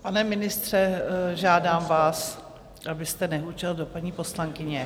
Pane ministře, žádám vás, abyste nehučel do paní poslankyně.